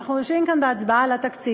ואנחנו יושבים כאן בהצבעה על התקציב,